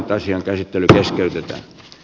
asian käsittely keskeytetään